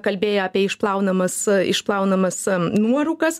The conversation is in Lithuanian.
kalbėjai apie išplaunamas išplaunamas nuorūkas